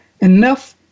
enough